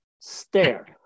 stare